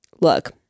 Look